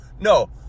No